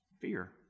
fear